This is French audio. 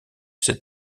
ces